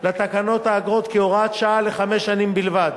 האגרות כהוראת שעה לחמש שנים בלבד.